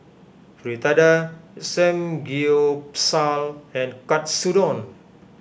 Fritada Samgyeopsal and Katsudon